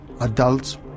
Adults